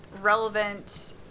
relevant